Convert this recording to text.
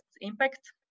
impact